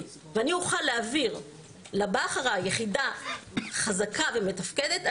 ואני אוכל להעביר לבא אחריי יחידה חזקה ומתפקדת,